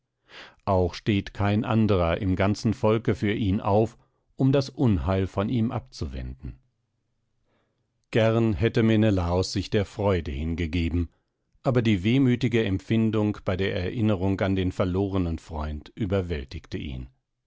auch steht kein anderer im ganzen volke für ihn auf um das unheil von ihm abzuwenden gern hätte menelaos sich der freude hingegeben aber die wehmütige empfindung bei der erinnerung an den verlorenen freund überwältigte ihn